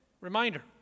reminder